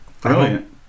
brilliant